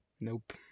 Nope